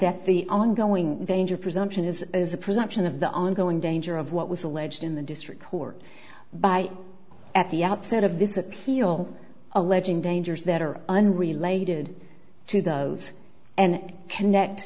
that the ongoing danger presumption is as a presumption of the ongoing danger of what was alleged in the district court by at the outset of this appeal alleging dangers that are unrelated to those and connect